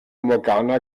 morgana